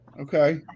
Okay